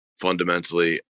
fundamentally